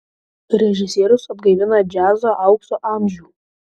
režisierius atgaivina džiazo aukso amžių